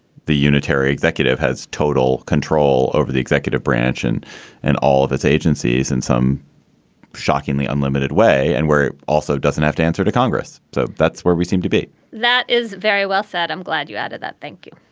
the unitary executive, has total control over the executive branch and and all of its agencies and some shockingly unlimited way. and we're also doesn't have to answer to congress. so that's where we seem to be that is very well said. i'm glad you added that thank you.